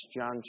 John